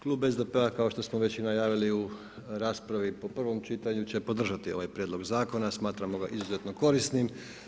Klub SDP-a kao što smo već i najavili u raspravi po prvom čitanju će podržati ovaj prijedlog Zakona, smatramo ga izuzetno korisnim.